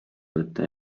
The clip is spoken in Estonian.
võtta